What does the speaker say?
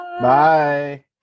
Bye